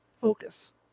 focus